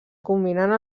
combinant